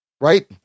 Right